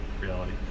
reality